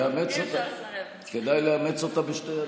לא הייתי שואל יותר שום שאלה.